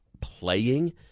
playing